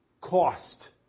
cost